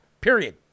period